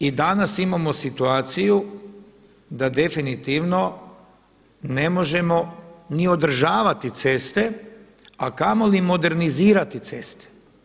I danas imamo situaciju da definitivno ne možemo ni održavati ceste a kamoli modernizirati ceste.